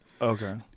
Okay